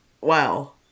wow